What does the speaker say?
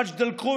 מג'ד אל-כרום,